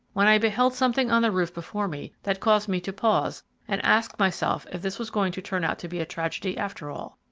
when i beheld something on the roof before me that caused me to pause and ask myself if this was going to turn out to be a tragedy after all.